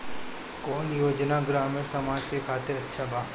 कौन योजना ग्रामीण समाज के खातिर अच्छा बा?